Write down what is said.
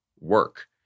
work